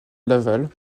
laval